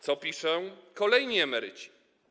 Co piszą kolejni emeryci?